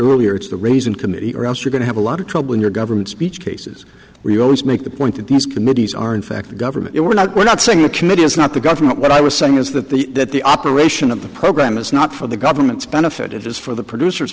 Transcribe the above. earlier it's the raising committee or else you're going to have a lot of trouble in your government speech cases where you always make the point that these committees are in fact government we're not we're not saying the committee is not the government what i was saying is that the that the operation of the program is not for the government's benefit it is for the producers